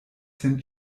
sen